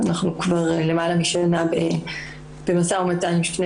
אנחנו כבר למעלה משנה במשא ומתן עם שני